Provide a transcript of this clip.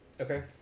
Okay